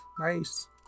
Nice